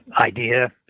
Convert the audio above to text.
idea